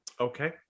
Okay